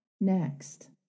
next